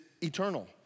eternal